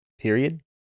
period